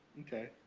okay